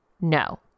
No